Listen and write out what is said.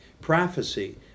prophecy